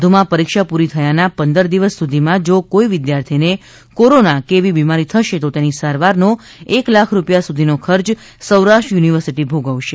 વધુમાં પરીક્ષા પૂરી થયાના પંદર દિવસ સુધીમાં જો કોઈ વિદ્યાર્થીને કોરોના કે એવી બીમારી થશે તો તેની સારવાર નો એક લાખ રૂપિયા સુધીનો ખર્ચ સૌરાષ્ટ્ર યુનિવર્સિટી ભોગવશે